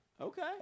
Okay